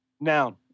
Noun